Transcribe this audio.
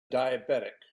diabetic